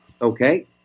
Okay